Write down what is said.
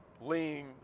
lean